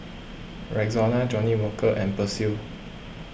Rexona Johnnie Walker and Persil